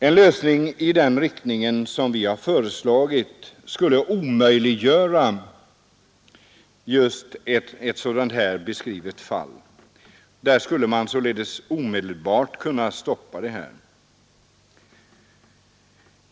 En lösning i den riktning som vi har föreslagit skulle omöjliggöra just ett sådant här fall — det skulle omedelbart kunna stoppas.